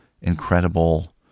incredible